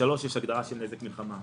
יש הגדרה ל"נזק מלחמה".